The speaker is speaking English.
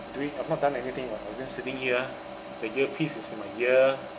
doing I've not done anything uh I'm just sitting here uh the earpiece is in my ear